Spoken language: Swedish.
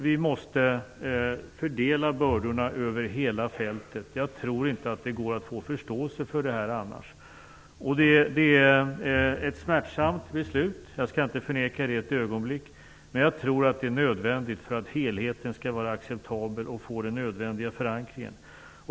Vi måste fördela bördorna över hela fältet. Jag tror inte att det går att få förståelse för detta annars. Det är ett smärtsamt beslut, det skall jag inte förneka ett ögonblick. Men jag tror att det är nödvändigt för att helheten skall vara acceptabel och få den nödvändiga förankringen.